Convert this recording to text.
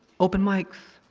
open mikes,